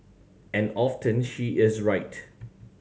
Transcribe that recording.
and often she is right